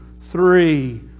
three